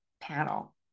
panel